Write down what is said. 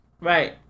Right